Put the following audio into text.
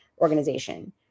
organization